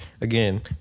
again